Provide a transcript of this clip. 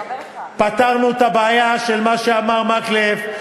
פתרנו את הבעיה של מה שאמר מקלב,